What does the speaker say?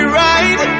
right